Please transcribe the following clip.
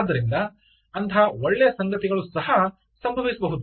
ಆದ್ದರಿಂದ ಅಂತಹ ಒಳ್ಳೆಯ ಸಂಗತಿಗಳು ಸಹ ಸಂಭವಿಸಬಹುದು